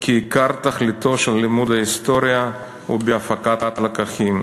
כי "עיקר תכליתו של לימוד ההיסטוריה הוא בהפקת לקחים".